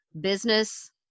business